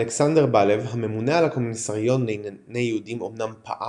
אלכסנדר בלב הממונה על הקומיסריון לענייני יהודים אמנם פעל